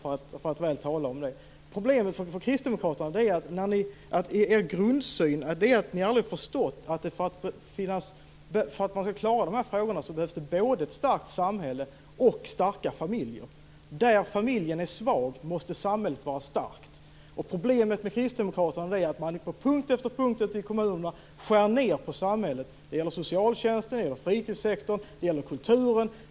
Problemet med Kristdemokraterna är att ni i er grundsyn aldrig har förstått att det behövs både ett starkt samhälle och starka familjer för att man ska klara de här frågorna. Där familjen är svag måste samhället vara starkt. Problemet med Kristdemokraterna är att man på punkt efter punkt ute i kommunerna skär ned på samhället. Det gäller socialtjänsten, fritidssektorn och kulturen.